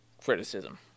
criticism